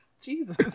jesus